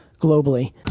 globally